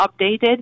updated